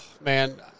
Man